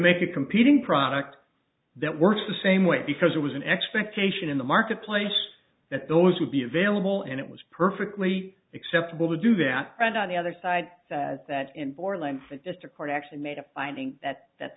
make a competing product that works the same way because it was an expectation in the marketplace that those would be available and it was perfectly acceptable to do that right on the other side says that in borland the district court actually made a finding that that